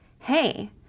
hey